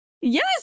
Yes